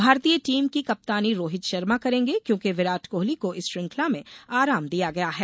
भारतीय टीम की कप्तानी रोहित शर्मा करेंगे क्योंकि विराट कोहली को इस श्रृंखला में आराम दिया गया है